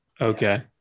Okay